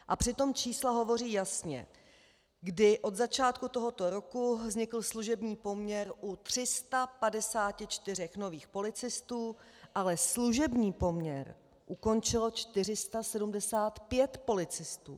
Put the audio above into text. A přitom čísla hovoří jasně, kdy od začátku tohoto roku vznikl služební poměr u 354 nových policistů, ale služební poměr ukončilo 475 policistů.